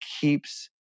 keeps